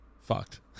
fucked